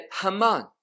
Haman